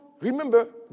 remember